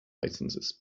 licenses